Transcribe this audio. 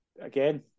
Again